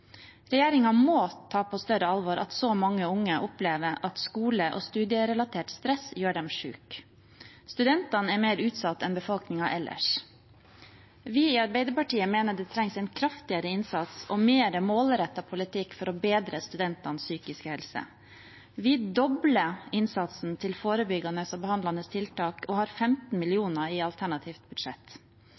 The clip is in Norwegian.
må ta på større alvor at så mange unge opplever at skole- og studierelatert stress gjør dem syke. Studentene er mer utsatt enn befolkningen ellers. Vi i Arbeiderpartiet mener at det trengs en kraftigere innsats og mer målrettet politikk for å bedre studentenes psykiske helse. Vi dobler innsatsen til forebyggende og behandlende tiltak og har lagt inn 15 mill. kr i alternativt budsjett.